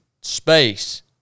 space